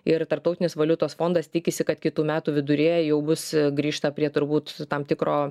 ir tarptautinis valiutos fondas tikisi kad kitų metų viduryje jau bus grįžta prie turbūt tam tikro